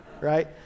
right